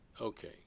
okay